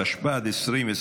התשפ"ד 2024,